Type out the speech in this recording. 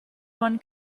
one